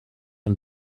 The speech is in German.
und